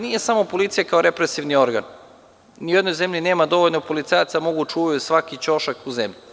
Nije samo policija represivni ogran, ni u jednoj zemlji nema dovoljno policajaca da mogu da čuvaju svaki ćošak u zemlji.